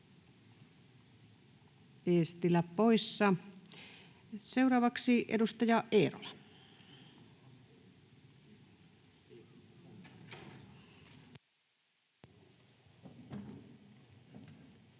Eestilä poissa. — Seuraavaksi edustaja Eerola. Arvoisa